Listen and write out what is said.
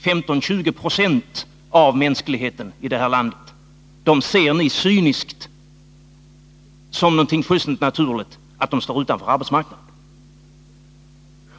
Ni ser det cyniskt som någonting fullständigt naturligt att 15-20 26 av mänskligheten i detta land står utanför arbetsmarknaden.